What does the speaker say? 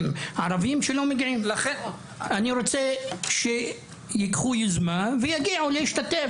ערבים שלא מגיעים; אני רוצה שהם ייקחו יוזמה ויגיעו להשתתף,